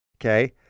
okay